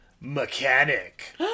mechanic